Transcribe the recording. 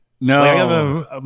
No